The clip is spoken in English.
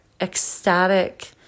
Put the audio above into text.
ecstatic